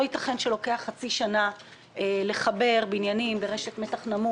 לא יתכן שלוקח חצי שנה לחבר בניינים ברשת מתח נמוך.